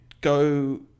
go